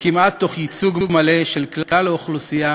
וכמעט תוך ייצוג מלא של כלל האוכלוסייה